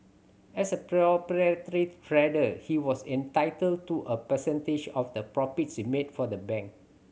as a trader he was entitled to a percentage of the profits he made for the bank